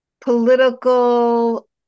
political